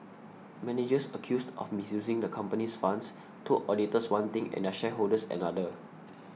managers accused of misusing the comopany's funds told auditors one thing and their shareholders another